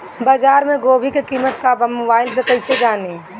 बाजार में गोभी के कीमत का बा मोबाइल से कइसे जानी?